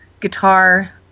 guitar